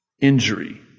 injury